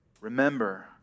remember